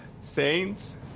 Saints